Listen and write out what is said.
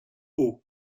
haut